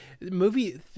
movie